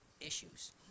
issues